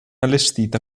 allestita